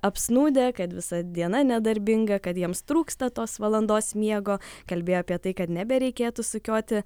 apsnūdę kad visa diena nedarbinga kad jiems trūksta tos valandos miego kalbėjo apie tai kad nebereikėtų sukioti